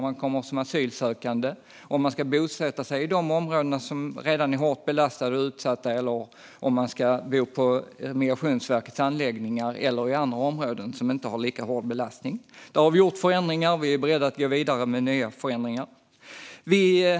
Kan man bosätta sig i områden som redan är hårt belastade och utsatta, eller ska man bo på Migrationsverkets anläggningar eller i andra områden med inte lika hård belastning? Där har vi gjort förändringar, och vi är beredda att gå vidare med nya förändringar.